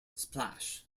splash